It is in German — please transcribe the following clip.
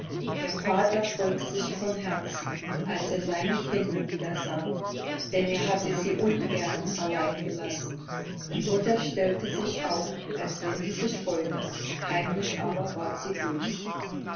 der vater freute sich von herzen als er seine kinder wieder sah denn er hatte sie ungern allein gelassen die mutter stellte sich auch als wenn sie sich freute heimlich aber war sie bös